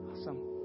Awesome